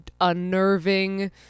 unnerving